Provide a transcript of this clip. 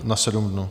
Na 7 dnů.